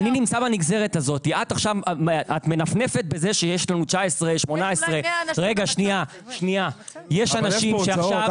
את מנפנפת בזה שיש לנו 19,000 ₪ או 18,000 ₪--- אבל איפה ההוצאות?